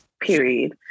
period